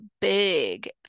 big